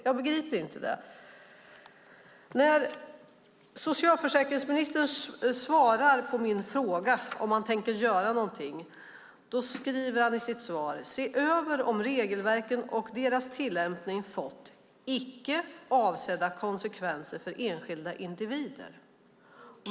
Jag begriper inte det. När socialförsäkringsministern svarar på min fråga om han tänker göra någonting skriver han i sitt svar att man ska "se över om regelverken och deras tillämpning fått icke avsedda konsekvenser för enskilda individer".